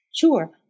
Sure